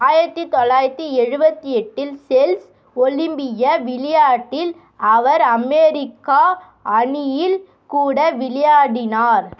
ஆயிரத்தி தொள்ளாயிரத்தி எழுபத்தி எட்டில் செல்ஸ் ஒலிம்பிய விளையாட்டில் அவர் அமெரிக்கா அணியில் கூட விளையாடினார்